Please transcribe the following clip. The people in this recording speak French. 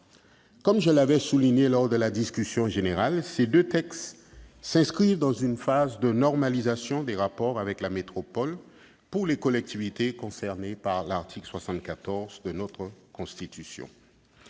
Comme je l'avais alors souligné lors de la discussion générale, ces deux textes s'inscrivent dans une phase de normalisation des rapports avec la métropole pour les collectivités concernées par l'article 74 de notre Constitution.